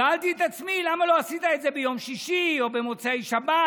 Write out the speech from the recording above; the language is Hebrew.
שאלתי את עצמי למה לא עשית את זה ביום שישי או במוצאי שבת,